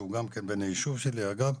שהוא גם כן בן היישוב שלי ואגב,